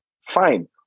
Fine